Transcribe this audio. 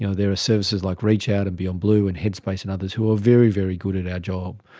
you know there are services like reachout and beyond blue and headspace and others who are very, very good at our job.